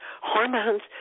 hormones